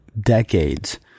decades